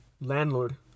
Landlord